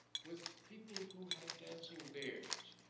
with people who had dancing bears,